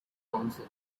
council